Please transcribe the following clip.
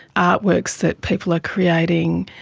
artworks that people are creating,